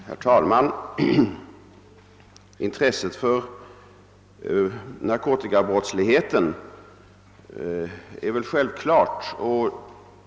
Herr talman! Intresset för narkotikabrottsligheten är väl självklart.